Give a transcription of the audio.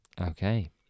Okay